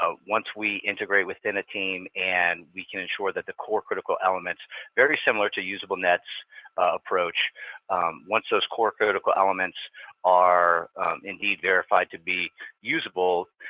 ah once we integrate within a team and we can ensure that the core critical elements very similar to usablenet's approach once those core critical elements are indeed verified to be usable,